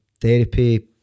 therapy